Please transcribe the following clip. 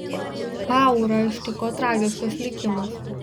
paurą ištiko tragiškas likimas